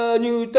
ah new